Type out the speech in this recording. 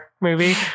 movie